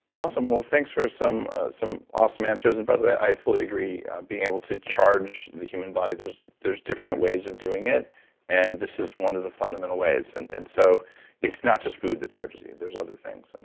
awesome. well, thanks for some some awesome answers. and by the way, i fully agree being able to charge the human body, there's there's different ways of doing it and this is one of the fundamental ways. and and so it's not just food that charges you. there's other things.